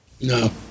No